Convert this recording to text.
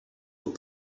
aux